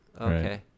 Okay